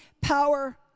power